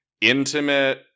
intimate